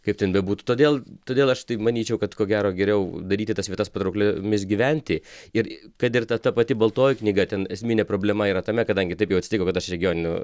kaip ten bebūtų todėl todėl aš tai manyčiau kad ko gero geriau daryti tas vietas patraukliomis gyventi ir kad ir ta ta pati baltoji knyga ten esminė problema yra tame kadangi taip jau atsitiko kad aš regioniniu